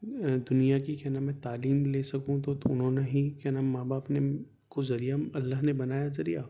دنیا کی کیا نام ہے تعلیم لے سکوں تو انھوں نے ہی کیا نام ماں باپ نے کو ذریعہ اللہ نے بنایا ذریعہ